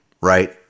right